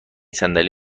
صندلی